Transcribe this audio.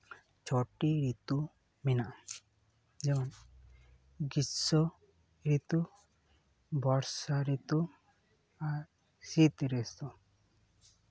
ᱪᱷᱚᱴᱤ ᱨᱤᱛᱩ ᱢᱮᱱᱟᱜᱼᱟ ᱡᱮᱢᱚᱱ ᱜᱤᱨᱥᱚ ᱨᱤᱛᱩ ᱵᱚᱨᱥᱟ ᱨᱤᱛᱩ ᱟᱨ ᱥᱤᱛ ᱨᱤᱛᱩ